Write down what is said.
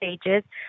stages